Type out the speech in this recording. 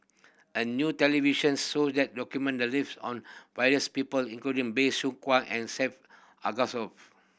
a new television show that document the lives on various people including Bey Soo and